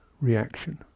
reaction